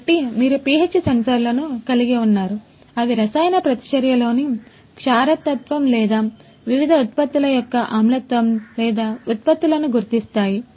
కాబట్టి మీరు pH సెన్సార్లను కలిగి ఉన్నారు అవి రసాయన ప్రతిచర్యలోని క్షారతత్వం లేదా వివిధ ఉత్పత్తుల యొక్క ఆమ్లత్వం లేదా ఉపఉత్పత్తులను గుర్తిస్తాయి